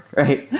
right?